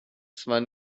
zwar